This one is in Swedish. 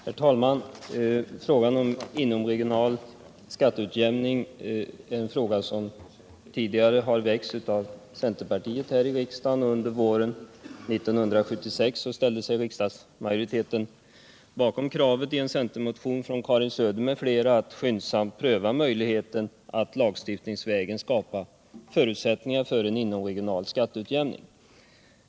Herr talman! Frågan om inomregional skatteutjämning har tidigare väckts av centerpartiet här i riksdagen. Under våren 1976 ställde sig riksdagsmajoriteten bakom kravet i en centermotion från Karin Söder m.fl. att skyndsamt pröva möjligheten att lagstiftningsvägen skapa möjligheter för en inomregional skatteutjämning.